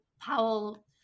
Powell